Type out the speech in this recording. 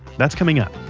that's coming up,